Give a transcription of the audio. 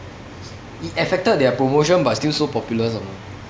it affected their promotion but still so popular some more